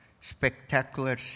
spectacular